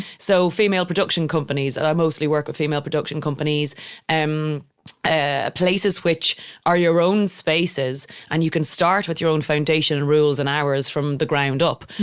so female production companies that i mostly work with, female production companies, ah places which are your own spaces and you can start with your own foundation and rules and hours from the ground up,